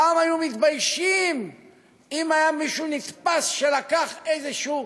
פעם היו מתביישים אם היה מישהו נתפס שלקח איזשהו